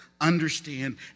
understand